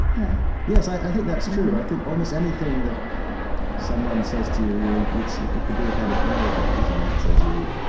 yeah yes, i think that's true. i think almost anything that someone says to you, you know it could could be a kind of parlor game. someone could say to you,